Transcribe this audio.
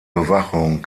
bewachung